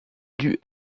dût